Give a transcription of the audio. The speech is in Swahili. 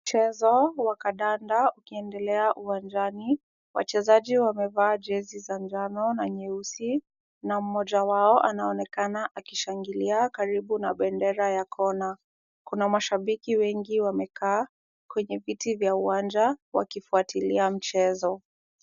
Mchezo wa kandanda ukiendelea uwanjani. Wachezaji wamevaa jezi za njano na nyeusi, na mmoja wao anaonekana akishangilia karibu na bendera ya kona. Kuna mashabiki wengi wamekaa, kwenye viti vya uwanja, wakifuatilia mchezo.